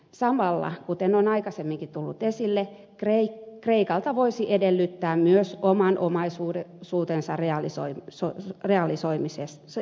samalla kuten on aikaisemminkin tullut esille kreikalta voisi edellyttää myös oman omaisuutensa realisoimista